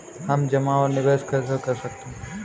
हम जमा और निवेश कैसे कर सकते हैं?